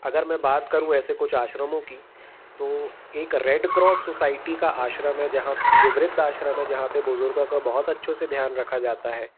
अगर मैं बात करूं ऐसे कुछ आश्रमों की तो एक रेड क्रॉस सोसाइटी का आश्रम है जहाँ जो वृद्धाश्रम है जहाँ पे बुज़ुर्गों का बहुत अच्छे से ध्यान रखा जाता है